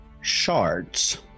shards